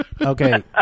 okay